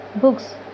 books